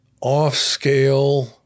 off-scale